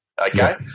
okay